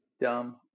dumb